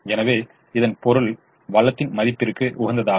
எனவே இதன் பொருள் வளத்தின் மதிப்பிற்கு உகந்ததாகும்